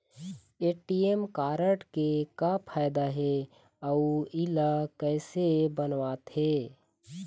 ATM card के का फायदा हे अऊ इला कैसे बनवाथे?